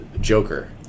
joker